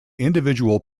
individual